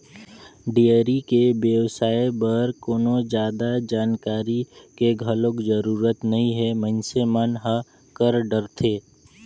dairy के बेवसाय बर कोनो जादा जानकारी के घलोक जरूरत नइ हे मइनसे मन ह कर डरथे